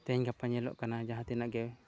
ᱛᱮᱦᱮᱧ ᱜᱟᱯᱟ ᱧᱮᱞᱚᱜ ᱠᱟᱱᱟ ᱡᱟᱦᱟᱸ ᱛᱤᱱᱟᱹᱜ ᱜᱮ